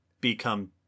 become